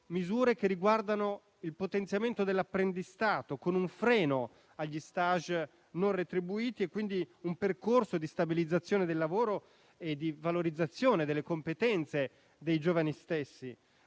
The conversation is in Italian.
che riguardano il potenziamento dell'apprendistato, con un freno agli *stage* non retribuiti e quindi un percorso di stabilizzazione del lavoro e di valorizzazione delle competenze dei giovani.